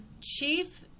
Chief